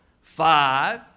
five